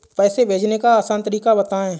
पैसे भेजने का आसान तरीका बताए?